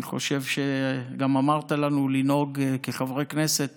אני חושב שגם אמרת לנו לנהוג כחברי כנסת